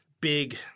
big